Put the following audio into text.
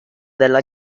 della